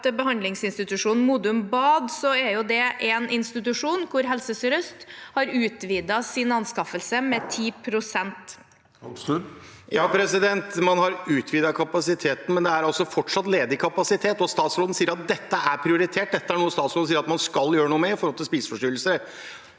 behandlingsinstitusjonen Modum Bad, er det en institusjon hvor Helse Sør-Øst har utvidet sin anskaffelse med 10 pst. Bård Hoksrud (FrP) Ja, man har utvidet kapasiteten, men det er altså fortsatt ledig kapasitet, og statsråden sier at dette er prioritert. Dette er noe statsråden sier man skal gjøre noe med når det gjelder spiseforstyrrelser.